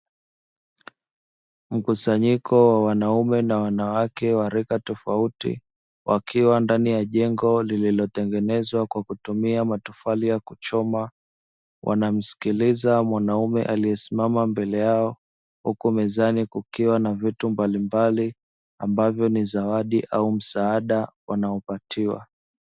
Mkusanyiko wa wanaume na wanawake wa rika tofauti. Wakiwa ndani ya jengo lililotengenezwa kwa kutumia matofali ya kuchoma .Wanamsikiliza wanaume aliesimama mbele yao, huku mezani kukiwa na vitu mbalimbali ambavyo ni zawadi au msaada wanaopatiwa.